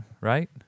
right